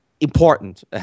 important